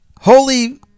Holy